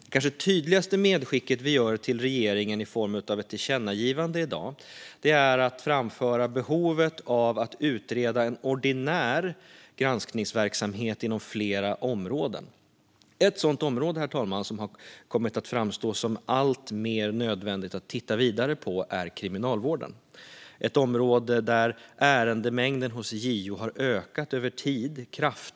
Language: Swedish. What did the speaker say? Det kanske tydligaste medskicket vi gör till regeringen i form av ett tillkännagivande i dag är behovet av att utreda en ordinär granskningsverksamhet inom flera områden. Ett sådant område som har kommit att framstå som alltmer nödvändigt att titta vidare på, herr talman, är kriminalvården. Det är ett område där ärendemängden hos JO kraftigt har ökat över tid.